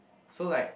so like